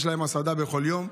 יש הסעדה כל יום,